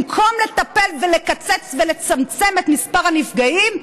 במקום לטפל, ולקצץ ולצמצם את מספר הנפגעים,